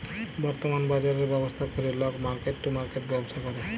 বর্তমাল বাজরের ব্যবস্থা ক্যরে লক মার্কেট টু মার্কেট ব্যবসা ক্যরে